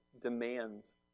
demands